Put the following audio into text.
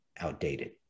outdated